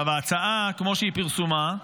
ההצעה כמו שהיא פורסמה,